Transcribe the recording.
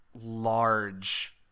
large